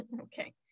Okay